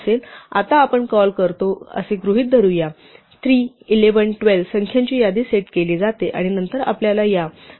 आपण आता कॉल करतो असे गृहीत धरूया 3 11 12 संख्यांची यादी सेट केली जाते आणि नंतर आपल्याला या 12 ची जागा 8 ने बदल करायची आहे